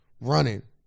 running